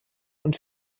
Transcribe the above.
und